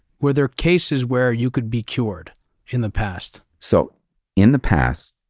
were there cases where you could be cured in the past? so in the past,